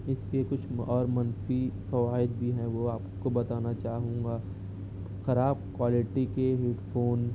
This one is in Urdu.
اس کے کچھ اور منفی فوائد بھی ہیں وہ آپ کو بتانا چاہوں گا خراب کوالٹی کے ہیڈ فون